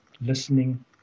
listening